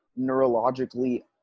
neurologically